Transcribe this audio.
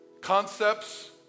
Concepts